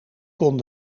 kon